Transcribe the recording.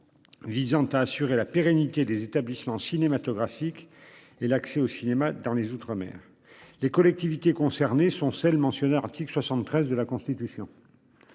Visant à assurer la pérennité des établissements cinématographiques et l'accès au cinéma dans les outre-mer des collectivités concernées sont celles mentionnées à l'article 73 de la Constitution.